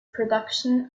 production